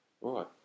Right